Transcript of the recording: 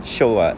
shiok [what]